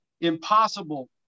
impossible